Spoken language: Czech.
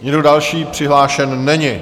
Nikdo další přihlášen není.